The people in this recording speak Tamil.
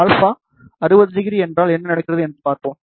α 600 என்றால் என்ன நடக்கிறது என்று பார்ப்போம்